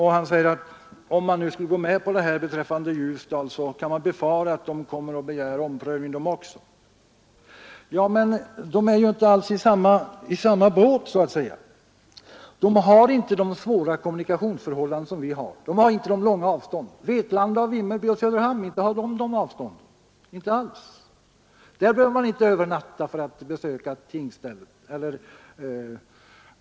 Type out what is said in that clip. Han säger att om man nu skulle gå med på det här förslaget beträffande Ljusdal, så kan man befara att det kommer att begäras omprövning från dessa orter också. Ja, men de är inte i samma båt, så att säga. Vetlanda, Vimmerby och Söderhamn har inte de långa avstånd och de svåra kommunikationsförhållanden som vi har. Där behöver man inte övernatta för att besöka tingsrätten.